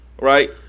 right